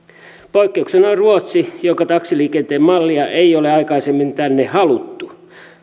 poikkeuksena on ruotsi jonka taksiliikenteen mallia ei ole aikaisemmin tänne haluttu